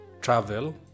travel